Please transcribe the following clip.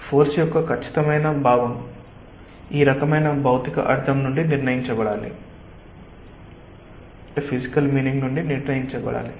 force యొక్క ఖచ్చితమైన భావం ఈ రకమైన ఫిజికల్ మీనింగ్ నుండి నిర్ణయించబడాలి